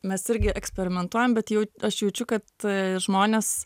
mes irgi eksperimentuojam bet jau aš jaučiu kad žmonės